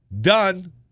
done